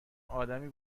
آدمی